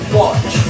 watch